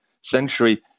century